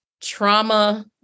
trauma